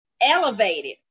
elevated